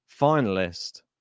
finalist